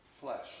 flesh